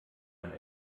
man